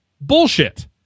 bullshit